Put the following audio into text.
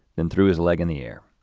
then threw his leg in the air,